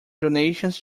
donations